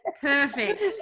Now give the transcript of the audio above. Perfect